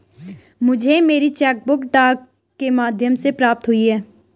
मुझे मेरी cheque book डाक के माध्यम से प्राप्त हुई है